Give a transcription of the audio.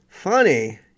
Funny